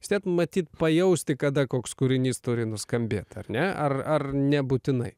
vis tiek matyt pajausti kada koks kūrinys turi nuskambėt ar ne ar ar nebūtinai